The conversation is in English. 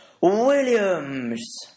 Williams